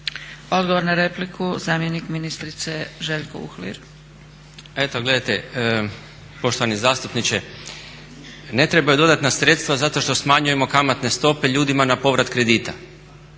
Odgovor na repliku zamjenik ministrice Željko Uhlir. **Uhlir, Željko** Eto gledajte, poštovani zastupniče ne trebaju dodatna sredstva zato što smanjujemo kamatne stope ljudima na povrat kredita.